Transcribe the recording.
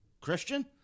Christian